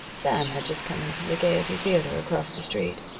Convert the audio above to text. sam had just come in from the gayety theater across the street,